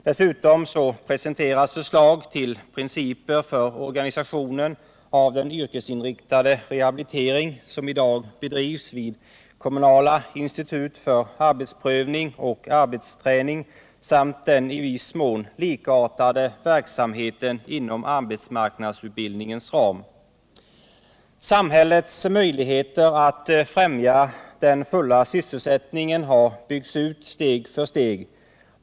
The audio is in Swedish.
Dessutom presenteras förslag till principer för organisationen av den yrkesinriktade rehabilitering som i dag bedrivs vid kommunala institut för arbetsprövning och arbetsträning samt för den i viss mån likartade verksamheten inom arbetsmarknadsutbildningens ram. Samhällets möjligheter att främja den fulla sysselsättningen har byggts ut steg för steg.